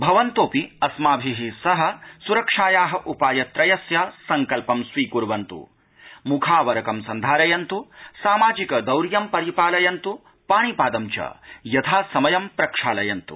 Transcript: भवन्तोऽपि अस्माभि सह सुरक्षाया उपायत्रयस्य सड्कल्पं स्वीकुर्वन्तु मुखावरकं सन्धारयन्तु सामाजिकद्रतां परिपालयन्त् पाणिपादं च यथासमयं प्रक्षालयन्त्